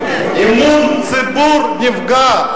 אמון הציבור נפגע",